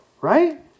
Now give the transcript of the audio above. Right